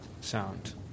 sound